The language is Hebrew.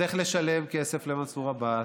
צריך לשלם כסף למנסור עבאס,